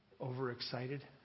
overexcited